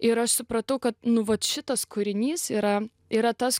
ir aš supratau kad nu vat šitas kūrinys yra yra tas